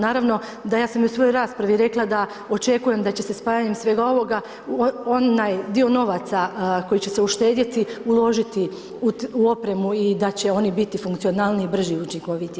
Naravno da ja sam i u svojoj raspravio rekla da očekujem da će se spajanjem svega ovoga onaj dio novaca koji će se uštedjeti, uložiti u opremu i da će oni biti funkcionalniji, brži, učinkovitiji.